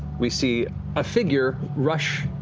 we see a figure rush,